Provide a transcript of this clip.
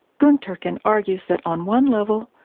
gunturkun argues that on one level,